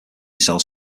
sells